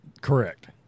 correct